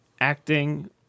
acting